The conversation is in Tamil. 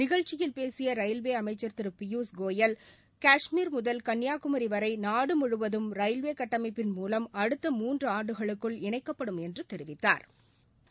நிகழ்ச்சியில் பேசிய ரயில்வே அமைச்சர் திரு பியூஷ் கோயல் கஷ்மீர் முதல் கன்னியாகுமரி வரை நாடு முழுவதும் ரயில்வே கட்டமைப்பின் மூவம் அடுத்த மூன்று ஆண்டுகளுக்குள் இணைக்கப்படும் என்று தெரிவித்தாா்